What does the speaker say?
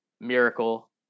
Miracle